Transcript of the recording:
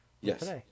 yes